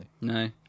No